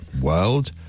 world